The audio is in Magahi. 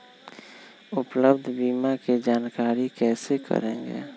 उपलब्ध बीमा के जानकारी कैसे करेगे?